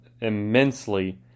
immensely